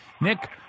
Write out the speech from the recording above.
Nick